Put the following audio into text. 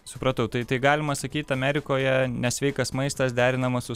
supratau tai tai galima sakyt amerikoje nesveikas maistas derinamas su